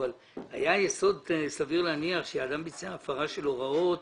אבל היה יסוד סביר להניח שאדם ביצע הפרה של הוראות